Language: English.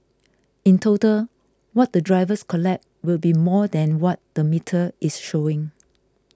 in total what the drivers collect will be more than what the metre is showing